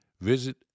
visit